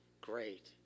Great